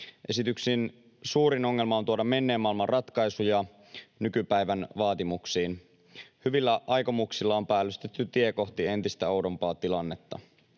Esityksen suurin ongelma on tuoda menneen maailman ratkaisuja nykypäivän vaatimuksiin. Hyvillä aikomuksilla on päällystetty tie kohti entistä oudompaa tilannetta.